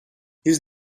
his